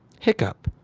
hiccup,